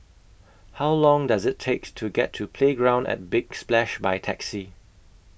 How Long Does IT takes to get to Playground At Big Splash By Taxi